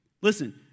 listen